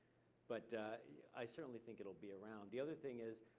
but i certainly think it'll be around. the other thing is,